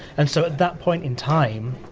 and so, at that point in time,